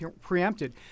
preempted